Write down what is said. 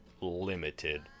limited